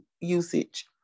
usage